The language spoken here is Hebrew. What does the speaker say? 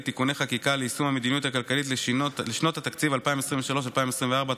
(תיקוני חקיקה ליישום המדיניות הכלכלית לשנות התקציב 2023 ו-2024),